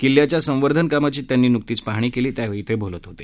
किल्ल्याच्या संवर्धन कामांची त्यांनी नुकतीच पाहाणी केली त्यावेळी ते बोलत होते